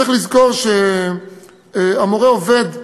צריך לזכור שהמורה עובד בבעלות,